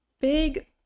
Big